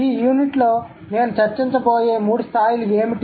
ఈ యూనిట్లో నేను చర్చించబోయే మూడు స్థాయిలు ఏమిటి